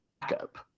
backup